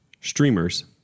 streamers